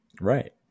Right